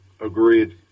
Agreed